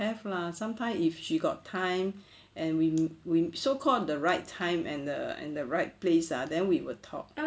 have lah sometime if she got time and we we so called the right time and err and the right place ah then we will talk